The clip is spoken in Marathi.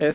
एफ